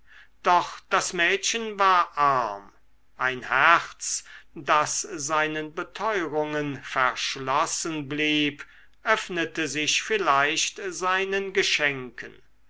doch das mädchen war arm ein herz das seinen beteurungen verschlossen blieb öffnete sich vielleicht seinen geschenken